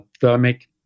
thermic